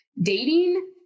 Dating